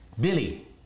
Billy